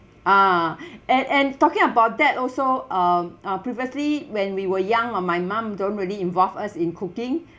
ah and and talking about that also um uh previously when we were young oh my mom don't really involve us in cooking